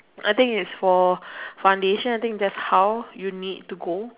I think if it's for foundation I think it's just how you need to go